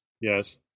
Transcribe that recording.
Yes